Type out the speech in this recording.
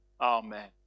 Amen